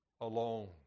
alone